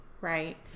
right